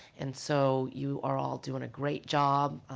and so you are all doing a great job.